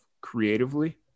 creatively